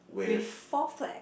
with four flag